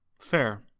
Fair